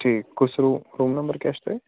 ٹھیٖک کُس room number کیٛاہ چھُ تۄہہِ